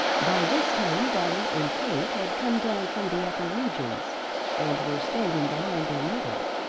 by this time dolly and kate had come down from the upper regions and were standing behind their mother.